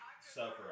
suffer